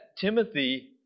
Timothy